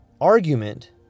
Argument